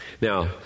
Now